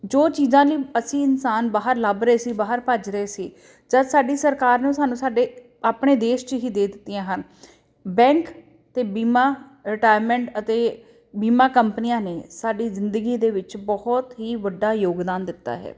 ਜੋ ਚੀਜ਼ਾਂ ਨੂੰ ਅਸੀਂ ਇਨਸਾਨ ਬਾਹਰ ਲੱਭ ਰਹੇ ਸੀ ਬਾਹਰ ਭੱਜ ਰਹੇ ਸੀ ਜਦ ਸਾਡੀ ਸਰਕਾਰ ਨੇ ਸਾਨੂੰ ਸਾਡੇ ਆਪਣੇ ਦੇਸ਼ 'ਚ ਹੀ ਦੇ ਦਿੱਤੀਆਂ ਹਨ ਬੈਂਕ ਅਤੇ ਬੀਮਾ ਰਿਟਾਇਰਮੈਂਟ ਅਤੇ ਬੀਮਾ ਕੰਪਨੀਆਂ ਨੇ ਸਾਡੀ ਜ਼ਿੰਦਗੀ ਦੇ ਵਿੱਚ ਬਹੁਤ ਹੀ ਵੱਡਾ ਯੋਗਦਾਨ ਦਿੱਤਾ ਹੈ